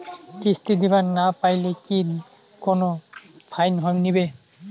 কিস্তি দিবার না পাইলে কি কোনো ফাইন নিবে?